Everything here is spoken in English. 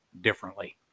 differently